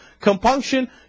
compunction